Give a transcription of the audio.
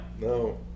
No